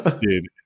dude